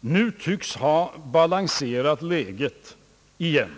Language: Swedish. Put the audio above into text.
nu tycks ha balanserat läget återigen.